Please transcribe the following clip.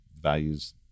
values